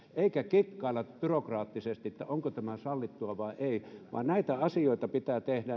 eikä kikkailla byrokraattisesti että onko tämä sallittua vai ei näitä asioita pitää tehdä